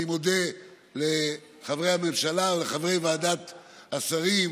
אני מודה לחברי הממשלה ולחברי ועדת השרים,